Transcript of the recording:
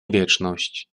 wieczność